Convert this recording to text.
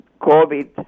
COVID